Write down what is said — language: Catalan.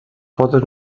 poden